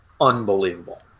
unbelievable